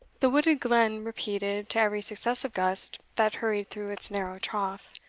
the wooded glen repeated, to every successive gust that hurried through its narrow trough,